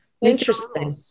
Interesting